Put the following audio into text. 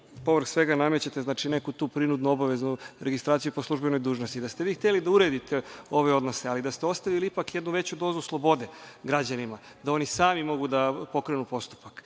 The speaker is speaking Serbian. površ svega namećete neku prinudnu obavezu, registraciju po službenoj dužnosti. Da ste hteli da uredite ove odnose, ali da ste ostavili ipak jednu veću dozu slobode građanima, da oni sami mogu da pokrenu postupak,